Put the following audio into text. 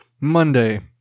Monday